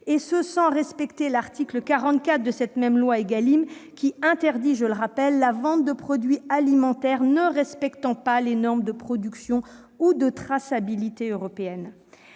et ce sans respecter l'article 44 de la loi Égalim, qui interdit la vente de produits alimentaires ne respectant pas les normes de production ou de traçabilité européennes.